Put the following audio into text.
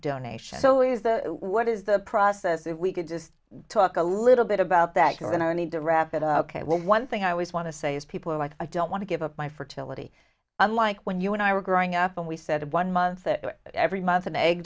donation so is that what is the process if we could just talk a little bit about that you're going to need to wrap it up one thing i always want to say is people are like i don't want to give up my fertility unlike when you and i were growing up and we said one month that every month an egg